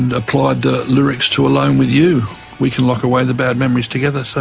and applied the lyrics to alone with you we can lock away the bad memories together. so